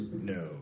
No